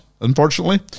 unfortunately